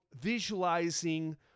visualizing